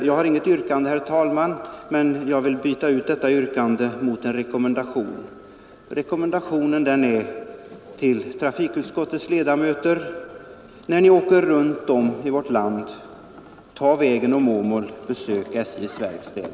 Jag har i detta läge inget yrkande till motionen 1353, men jag vill i stället ge en rekommendation till trafikutskottets ledamöter: När ni åker runt i vårt land, ta vägen om Åmål och besök SJ:s verkstad!